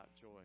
joy